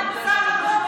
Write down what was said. מפה עזבי אותי,